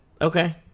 Okay